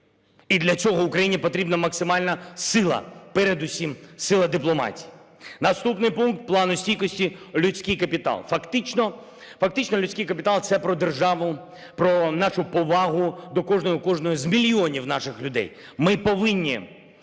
і для цього Україні потрібна максимальна сила, передусім сила дипломатії. Наступний пункт Плану стійкості – "Людській капітал". Фактично людський капітал – це про державу, про нашу повагу до кожного і кожної з мільйонів наших людей.